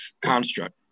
construct